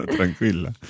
tranquilla